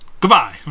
Goodbye